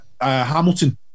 Hamilton